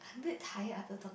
very tired after talking